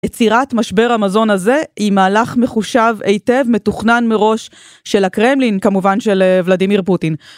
יצירת משבר המזון הזה היא מהלך מחושב היטב מתוכנן מראש של הקרמלין כמובן של ולדימיר פוטין.